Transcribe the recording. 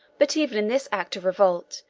but even in this act of revolt,